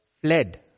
fled